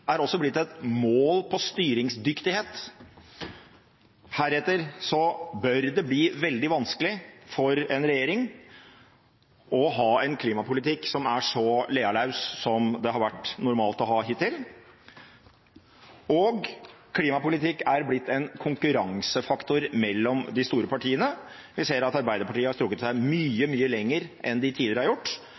er også blitt et mål på styringsdyktighet. Heretter bør det bli veldig vanskelig for en regjering å ha en klimapolitikk som er så lealaus som det har vært normalt å ha hittil. Klimapolitikk er blitt en konkurransefaktor mellom de store partiene. Vi ser at Arbeiderpartiet har strukket seg mye, mye lenger enn de tidligere har gjort,